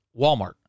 walmart